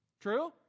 True